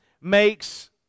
makes